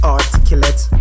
Articulate